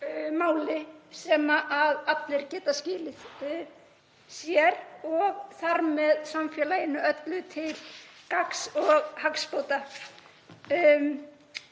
sem allir geta skilið og sé þar með samfélaginu öllu til gagns og hagsbóta.